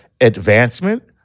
advancement